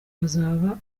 bazaba